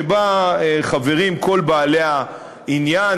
שבה חברים כל בעלי העניין,